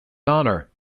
honor